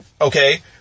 okay